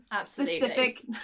specific